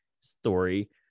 story